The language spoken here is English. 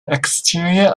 exterior